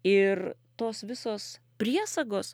ir tos visos priesagos